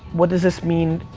what does this mean,